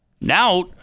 Now